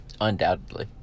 Undoubtedly